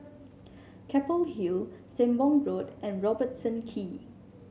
Keppel Hill Sembong Road and Robertson Quay